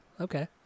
Okay